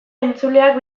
entzuleak